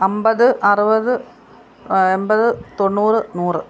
അൻപത് അറുപത് എൺപത് തൊണ്ണൂറ് നൂറ്